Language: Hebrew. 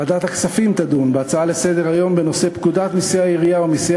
ועדת הכספים תדון בהצעה לסדר-היום בנושא: פקודת מסי העירייה ומסי